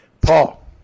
Paul